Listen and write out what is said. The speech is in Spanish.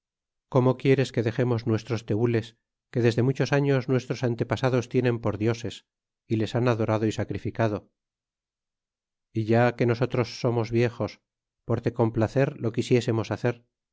como quieres que dexemos nuestros teules que desde muchos años nuestros antepasados tienen por dioses y les han adorado y sacrificado ya que nosotros que somos viejos por te complacer lo quialisemos hacer